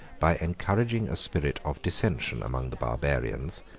by encouraging a spirit of dissension among the barbarians,